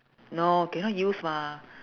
no cannot use lah